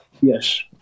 Yes